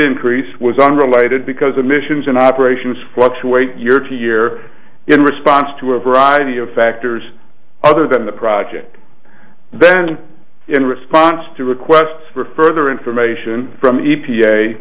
increase was unrelated because emissions and operations fluctuate year to year in response to a variety of factors other than the project then in response to requests for further information from